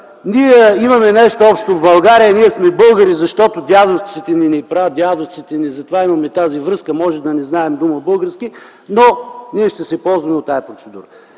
ние имаме нещо общо с България, ние сме българи, защото дядовците ни или прадядовците ни, затова имаме тази връзка. Може да не знаем дума български, но ние ще се ползваме от тази процедура.